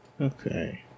okay